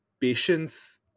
patience